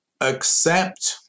accept